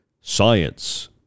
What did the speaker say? science